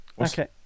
Okay